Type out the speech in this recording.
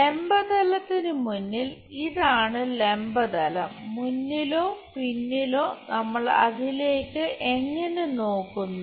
ലംബ തലത്തിനു മുന്നിൽ ഇതാണ് ലംബ തലം മുന്നിലോ പിന്നിലോ നമ്മൾ അതിലേക്കു എങ്ങനെ നോക്കുന്നു